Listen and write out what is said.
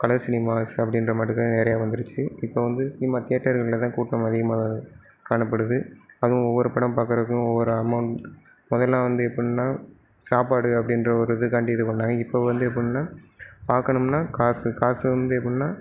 colour cinemas அப்படின்ற மாட்டுக்கு நிறையா வந்துருச்சு இப்போது வந்து சினிமா தியேட்டருங்களில்தான் கூட்டம் அதிகமாக காணப்படுது அதுவும் ஒவ்வொரு படம் பார்க்குறப்பையும் ஒவ்வொரு அமௌண்ட் மொதலெலாம் வந்து எப்பட்னா சாப்பாடு அப்படின்ற ஒரு இதுக்காண்டி இது பண்ணிணாங்க இப்போது வந்து எப்பட்னா பார்க்கணும்னா காசு காசு வந்து எப்பட்னா